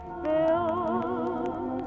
fill